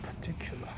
particular